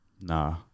Nah